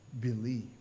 believe